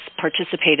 participated